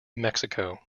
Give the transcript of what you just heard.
mexico